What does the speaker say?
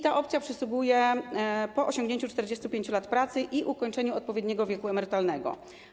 Ta opcja przysługuje po osiągnięciu 45 lat pracy i ukończeniu odpowiedniego wieku emerytalnego.